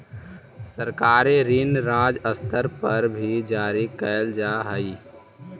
सरकारी ऋण राज्य स्तर पर भी जारी कैल जा हई